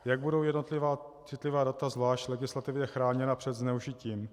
Jak budou jednotlivá citlivá data zvlášť legislativně ochráněna před zneužitím?